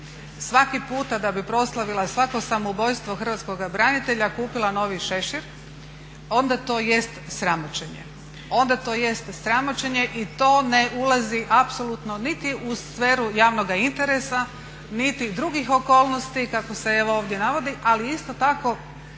svaki puta da bi proslavila svako samoubojstvo hrvatskoga branitelja kupila novi šešir, onda to jest sramoćenje. Onda to jest sramoćenje i to ne ulazi apsolutno niti u sferu javnoga interesa, niti drugih okolnosti kako se ovdje navodi. Ali isto tako